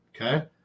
Okay